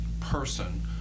person